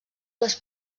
les